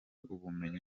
ubumenyi